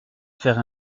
faire